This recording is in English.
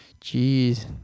jeez